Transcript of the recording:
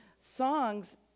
songs